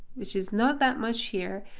which is not that much here.